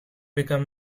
become